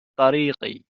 طريقي